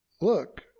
look